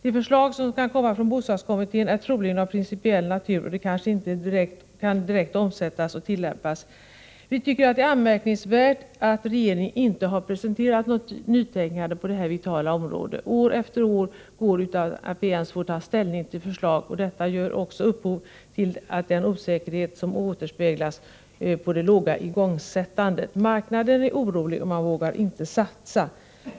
De förslag som kan komma från bostadskommittén är troligen av principiell natur och kan kanske inte direkt omsättas och tillämpas. Vi tycker att det är anmärkningsvärt att regeringen inte har presenterat något nytänkande på detta vitala område. År efter år går utan att vi ens får ta ställning till förslag, och detta ger också upphov till den osäkerhet som återspeglar sig i den låga igångsättningen. Marknaden är orolig och man vågar inte satsa.